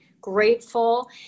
grateful